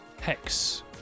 hex